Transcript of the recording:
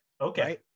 Okay